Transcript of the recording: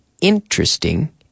interesting